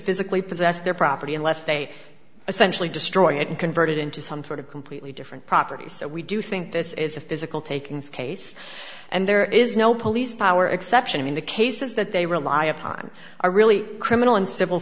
physically possess their property unless they are centrally destroy it and convert it into some sort of completely different properties so we do think this is a physical takings case and there is no police power exception in the cases that they rely upon are really criminal and civil